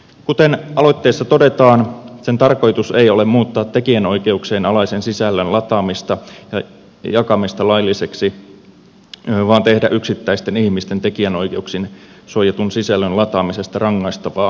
kuten aloitteessa todetaan sen tarkoitus ei ole muuttaa tekijänoikeuksien alaisen sisällön lataamista ja jakamista lailliseksi vaan tehdä yksittäisten ihmisten tekijänoikeuksin suojatun sisällön lataamisesta rangaistavaa tekijänoikeusrikkomuksena